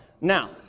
Now